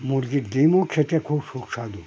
মুরগির ডিম ও খেতে খুব সুস্বাদু